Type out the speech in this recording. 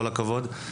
כל הכבוד.